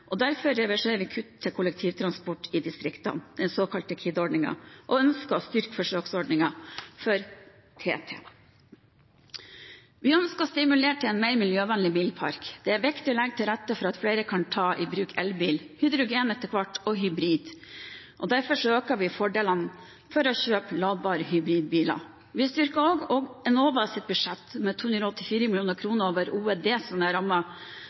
Derfor reverserer vi kutt til kollektivtransport i distriktene, den såkalte KID-ordningen, og ønsker å styrke forsøksordningen for TT. Vi ønsker å stimulere til en mer miljøvennlig bilpark. Det er viktig å legge til rette for at flere kan ta i bruk elbil, hybridbil og etter hvert hydrogenbil. Derfor øker vi fordelene med å kjøpe ladbare hybridbiler. Vi styrker også Enovas budsjett med 284 mill. kr over